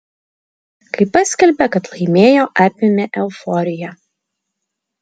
kai paskelbė kad laimėjo apėmė euforija